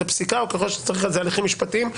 הפסיקה או ככל שצריך אז הליכים משפטיים.